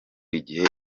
igihe